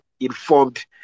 informed